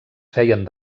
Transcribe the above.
feien